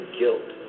guilt